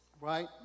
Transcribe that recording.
right